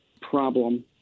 problem